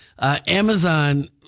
Amazon